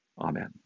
Amen